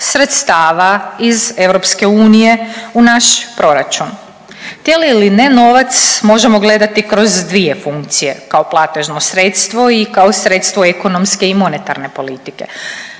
sredstava iz EU u naš proračuna. Htjeli ili ne, novac možemo gledati kroz dvije funkcije. Kao platežno sredstvo i kao sredstvo ekonomske i monetarne politike.